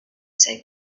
take